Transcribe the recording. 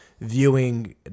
Viewing